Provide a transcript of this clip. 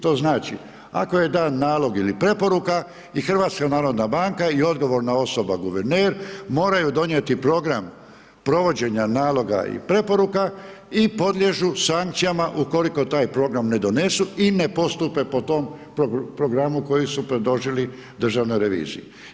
To znači, ako je dan nalog ili preporuka i HNB i odgovorna osoba guverner moraju donijeti program provođenja naloga i preporuka i podliježu sankcijama ukoliko taj program ne donesu i ne postupe po tom programu koji su predložili državnoj reviziji.